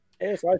Yes